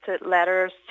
letters